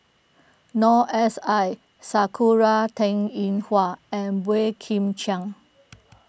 Noor S I Sakura Teng Ying Hua and Boey Kim Cheng